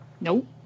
Nope